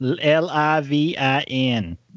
L-I-V-I-N